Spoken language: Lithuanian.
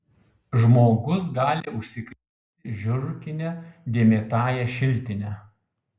žmogus gali užsikrėsti žiurkine dėmėtąja šiltine